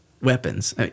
weapons